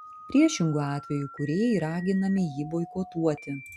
priešingu atveju kūrėjai raginami jį boikotuoti